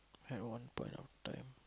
at one point of time